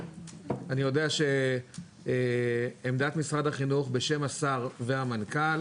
אני יודע שעמדת משרד החינוך בשם השר והמנכ"ל,